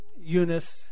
Eunice